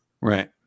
Right